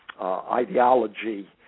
ideology